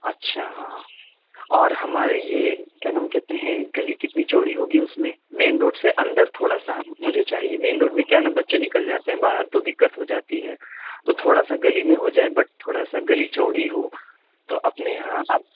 اچھا ہاں اور ہمارے یہ کیا نام کہتے ہیں گلی کتنی چوڑی ہوگی اُس میں مین روڈ سے اندر تھوڑا سا مجھے چاہیے مین روڈ میں کیا ہے نا بچے نکل جاتے ہیں باہر تو دقت ہو جاتی ہے تو تھوڑا سا گلی میں ہو جائے بٹ تھوڑا سا گلی چوڑی ہو تو اپنے یہاں آپ